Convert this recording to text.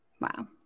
Wow